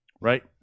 right